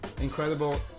incredible